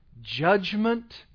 judgment